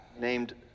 named